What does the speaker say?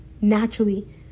naturally